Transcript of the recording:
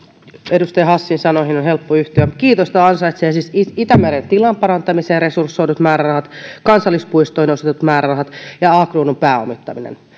edustaja hassin sanoihin on helppo yhtyä kiitosta ansaitsevat siis itämeren tilan parantamiseen resursoidut määrärahat kansallispuistoihin osoitetut määrärahat ja a kruunun pääomittaminen